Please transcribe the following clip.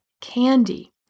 candy